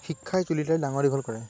শিক্ষাই তুলি তালি ডাঙৰ দীঘল কৰে